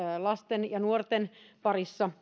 lasten ja nuorten parissa